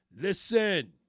Listen